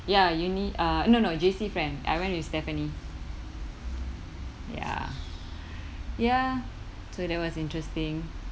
ya uni uh no no J_C friend I went with stephanie ya ya so that was interesting